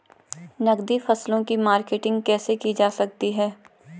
नकदी फसलों की मार्केटिंग कैसे की जा सकती है?